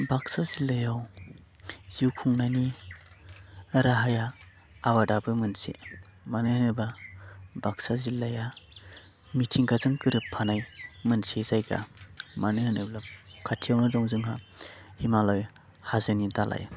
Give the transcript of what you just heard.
बाक्सा जिल्लायाव जिउ खुंनायनि राहाया आबादाबो मोनसे मानो होनोबा बाक्सा जिल्लाया मिथिंगाजों गोरोबफानाय मोनसे जायगा मानो होनोब्ला खाथियावनो दं जोंहा हिमालय हाजोनि दालाय